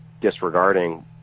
disregarding